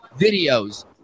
videos